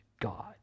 God